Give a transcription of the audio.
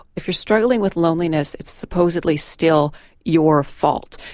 if you're struggling with loneliness it's supposedly still your fault,